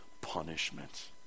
punishment